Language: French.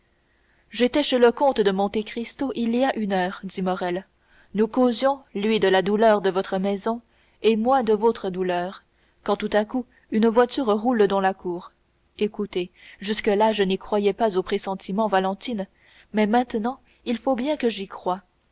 j'étais chez le comte de monte cristo il y a une heure dit morrel nous causions lui de la douleur de votre maison et moi de votre douleur quand tout à coup une voiture roule dans la cour écoutez jusque-là je ne croyais pas aux pressentiments valentine mais maintenant il faut bien que j'y